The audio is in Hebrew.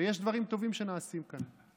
ויש דברים טובים שנעשים כאן.